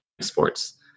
sports